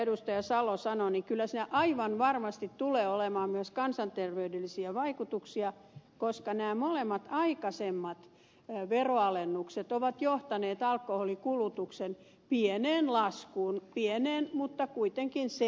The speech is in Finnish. salo sanoi niin kyllä sillä aivan varmasti tulee olemaan myös kansanterveydellisiä vaikutuksia koska nämä molemmat aikaisemmat veronalennukset ovat johtaneet alkoholinkulutuksen pieneen laskuun pieneen mutta kuitenkin selvään